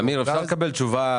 אמיר, אפשר לקבל תשובה